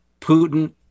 Putin